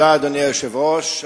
אדוני היושב-ראש,